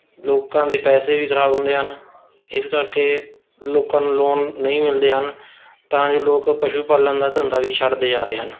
ਲੋਕਾਂ ਦੇ ਪੈਸੇ ਵੀ ਖਰਾਬ ਹੁੰਦੇ ਹਨ ਇਸ ਕਰਕੇ ਲੋਕਾਂ ਨੂੰ ਲੋਨ ਨਹੀਂ ਮਿਲਦੇ ਹਨ ਤਾਂ ਜੋ ਲੋਕ ਪਸ਼ੂ ਪਾਲਣ ਦਾ ਧੰਦਾ ਵੀ ਛੱਡਦੇ ਜਾ ਰਹੇ ਹਨ